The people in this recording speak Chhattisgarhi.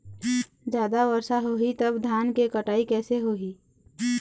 जादा वर्षा होही तब धान के कटाई कैसे होही?